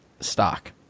stock